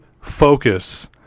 focus